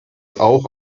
auch